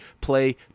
play